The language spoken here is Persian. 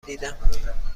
دیدم